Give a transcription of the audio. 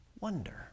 Wonder